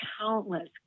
countless